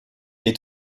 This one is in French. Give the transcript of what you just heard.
est